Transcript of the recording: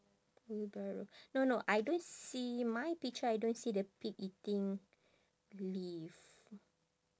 wheelbarrow no no I don't see my picture I don't see the pig eating leaf